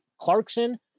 Clarkson-